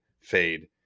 fade